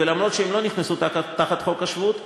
וגם אם הן לא נכנסו תחת חוק השבות,